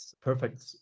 perfect